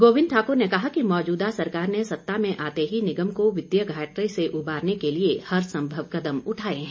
गोविन्द ठाकुर ने कहा कि मौजूदा सरकार ने सत्ता में आते ही निगम को वित्तीय घाटे से उभारने के लिए हरसंभव कदम उठाए हैं